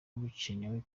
bukenewe